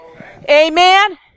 Amen